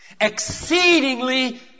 Exceedingly